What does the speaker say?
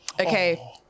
Okay